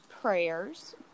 prayers